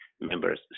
members